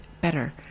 better